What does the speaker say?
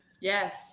Yes